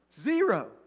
Zero